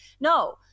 no